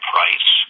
Price